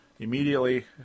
Immediately